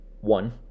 One